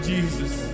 Jesus